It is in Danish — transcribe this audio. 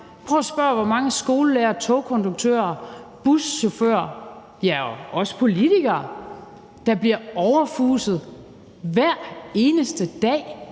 Prøv at spørge, hvor mange skolelærere, togkontrollører, buschauffører og ja, også politikere, der bliver overfuset hver eneste dag.